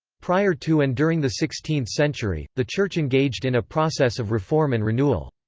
prior to and during the sixteenth century, the church engaged in a process of reform and renewal.